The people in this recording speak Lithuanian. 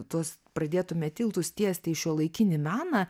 tuos pradėtume tiltus tiesti į šiuolaikinį meną